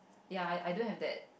ya I I don't have that